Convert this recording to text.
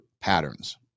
patterns